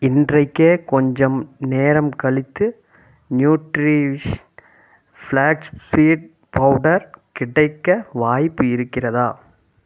இன்றைக்கே கொஞ்சம் நேரம் கழித்து நியூட்ரிவிஷ் ஃப்ளாக்ஸ் சீட் பவுடர் கிடைக்க வாய்ப்பு இருக்கிறதா